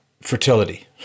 fertility